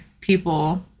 people